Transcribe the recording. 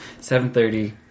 7.30